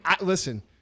listen